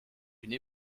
une